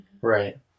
Right